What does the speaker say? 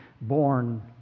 born